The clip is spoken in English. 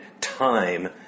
time